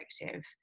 perspective